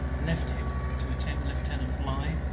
left him, to attend lieutenant bligh,